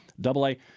Double-A